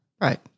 Right